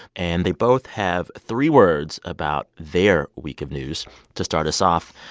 and they both have three words about their week of news to start us off.